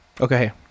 okay